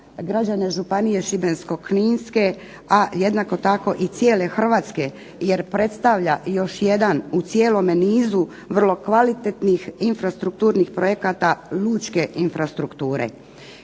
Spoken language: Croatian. građane Županije šibensko-kninske, a jednako tako i cijele Hrvatske, jer predstavlja još jedan u cijelome nizu vrlo kvalitetnih infrastrukturnih projekata lučke infrastrukture.